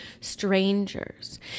strangers